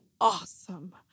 awesome